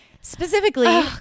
Specifically